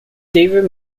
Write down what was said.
david